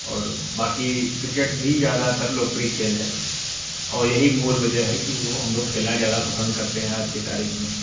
और बाक़ी क्रिकेट ही ज़्यादातर लोकप्रिय खेल है और यही मूल वजह है कि वो हम लोग खेलना ज़्यादा पसंद है आज की तारीख में